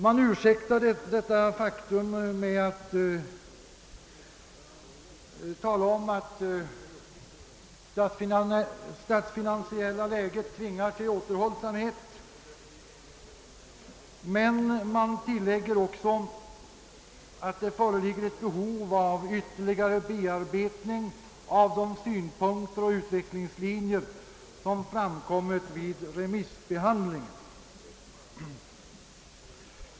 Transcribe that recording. Man ursäktar dröjsmålet med att tala om att det statsfinansiella läget tvingar till återhållsamhet, men man tillägger också att det föreligger ett behov av ytterligare bearbetning av de synpunkter och utvecklingslinjer som framkommit vid remissbehandlingen.